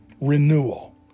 renewal